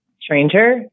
stranger